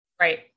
Right